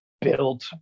built